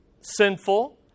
sinful